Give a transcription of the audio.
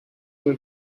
were